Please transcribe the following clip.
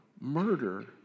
murder